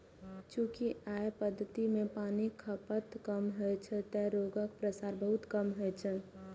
चूंकि अय पद्धति मे पानिक खपत कम होइ छै, तें रोगक प्रसार बहुत कम होइ छै